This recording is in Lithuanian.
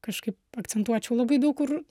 kažkaip akcentuočiau labai daug kur